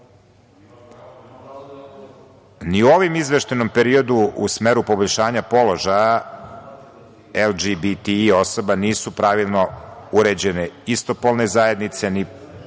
u ovom izveštajnom periodu u smeru poboljšanja položaja LGBTI osoba nisu pravima uređene istopolne zajednice,